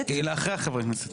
זו לא עמדת המציע.